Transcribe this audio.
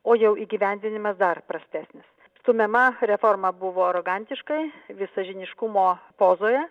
o jau įgyvendinimas dar prastesnis stumiama reforma buvo arogantiškai visažiniškumo pozoje